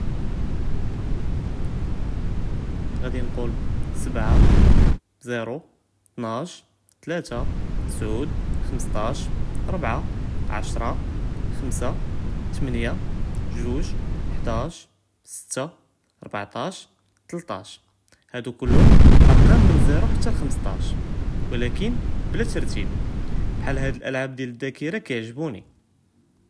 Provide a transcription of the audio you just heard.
געהדי נקול שבעה, זירו, תנעש, תלאתה, תסעוד, חמסטאש, רבעה, עשרה, חמסה, תמאניה, גוג, חדאש, סתה, רבעטאש, תלטאש, האדו כלהמ אקרים מן זירו חתא חמסטאש ולקן בלא תרטיב, כחאל האד אלעלאב דיאל הדאקרה קיעגבויני.